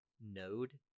node